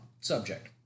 subject